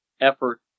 effort